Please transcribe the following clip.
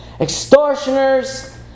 extortioners